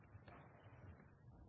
Ja,